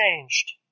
changed